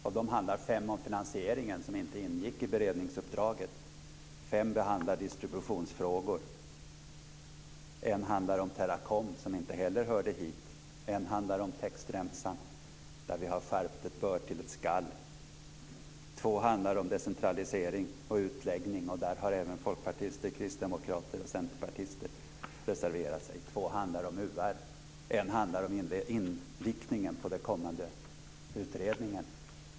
Av dem handlar fem om finansieringen, som inte ingick i beredningsuppdraget, fem handlar om distributionsfrågor, en handlar om Teracom, som inte heller hörde hit, en handlar om textremsan, där vi har skärpt skrivningen från ett bör till ett skall, två handlar om decentralisering och utläggning, och där har även folkpartister, kristdemokrater och centerpartister reserverat sig, två handlar om UR, och en handlar om inriktningen på den kommande utredningen.